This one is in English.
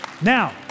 Now